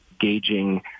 gauging